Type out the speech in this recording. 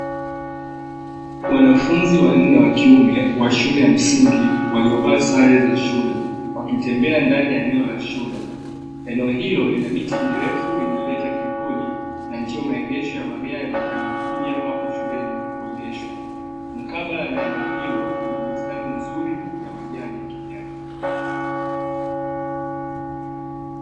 Wanafunzi wanne wa kiume wa shule ya msingi, waliovaa sare za shule, wakitembea ndani ya eneo la shule eneo hilo lina miti mirefu inayotoa kivuli, na ndio maegesho ya magari yanayokuja hapo shuleni kuegeshwa. Mkabala na eneo hilo, kuna bustani nzuri yenye majani ya kijani kibichi.